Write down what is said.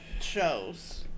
shows